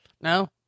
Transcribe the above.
No